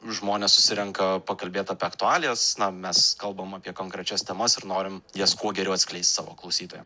žmonės susirenka pakalbėt apie aktualijas na mes kalbam apie konkrečias temas ir norim jas kuo geriau atskleist savo klausytojam